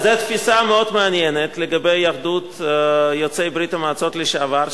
זו תפיסה מאוד מעניינת לגבי אחדות יוצאי ברית-המועצות לשעבר,